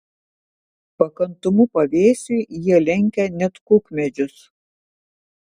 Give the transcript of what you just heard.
pakantumu pavėsiui jie lenkia net kukmedžius